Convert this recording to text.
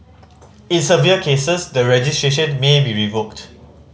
in severe cases the registration may be revoked